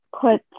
put